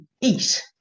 eat